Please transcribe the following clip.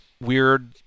Weird